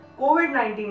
कोविड-19